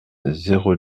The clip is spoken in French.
zéro